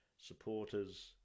supporters